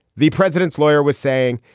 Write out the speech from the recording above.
the president's lawyer was saying,